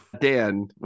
Dan